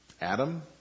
Adam